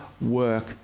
work